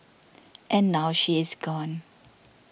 and now she is gone